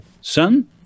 son